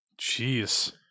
jeez